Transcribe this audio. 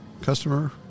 customer